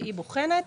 והיא בוחנת.